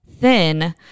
thin